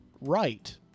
right